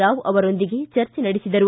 ರಾವ್ ಅವರೊಂದಿಗೆ ಚರ್ಚೆ ನಡೆಸಿದರು